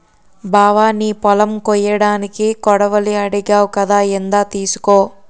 బావా నీ పొలం కొయ్యడానికి కొడవలి అడిగావ్ కదా ఇందా తీసుకో